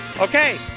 Okay